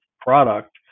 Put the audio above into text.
product